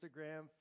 Instagram